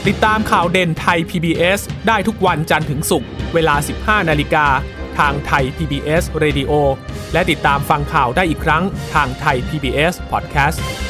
ติดตามข่าวเด่นไทย PBS ได้ทุกวันจันทร์ถึงศุกร์เวลา 15 นาฬิกาทางไทย PBS Radio และติดตามฟังข่าวได้อีกครั้งทางไทย PBS Podcast